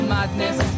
Madness